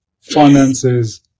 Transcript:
finances